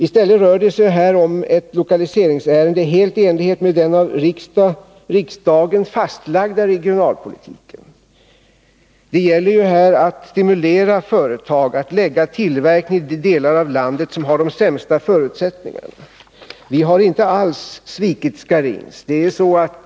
I stället rör det sig här om ett lokaliseringsärende helt i enlighet med den av riksdagen fastlagda regionalpolitiken. Det gäller ju här att stimulera företag att förlägga tillverkning i de delar av landet som har de sämsta förutsättningarna. Vi har inte alls svikit Scharins.